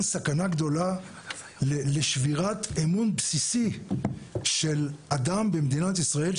סכנה גדולה לשבירת אמון בסיסי של אדם במדינת ישראל,